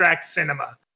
cinema